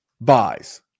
buys